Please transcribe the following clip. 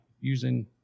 using